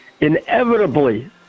inevitably